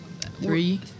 Three